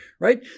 right